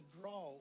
draw